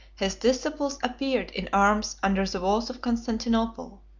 his disciples appeared in arms under the walls of constantinople.